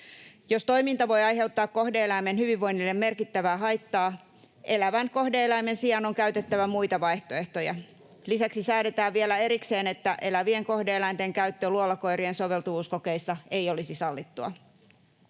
Jos toiminta voi aiheuttaa kohde-eläimen hyvinvoinnille merkittävää haittaa, elävän kohde-eläimen sijaan on käytettävä muita vaihtoehtoja. Lisäksi säädetään vielä erikseen, että elävien kohde-eläinten käyttö luolakoirien soveltuvuuskokeissa ei olisi sallittua.